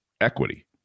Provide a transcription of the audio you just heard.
equity